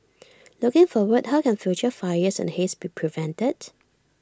looking forward how can future fires and haze be prevented